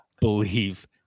believe